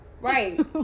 Right